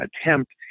attempt